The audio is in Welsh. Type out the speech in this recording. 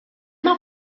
mae